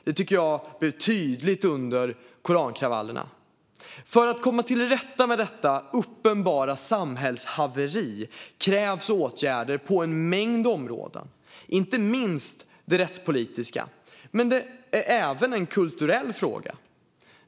Det tyckte jag blev tydligt under korankravallerna. För att komma till rätta med detta uppenbara samhällshaveri krävs åtgärder på en mängd områden, inte minst det rättspolitiska. Men det här är även en kulturell fråga.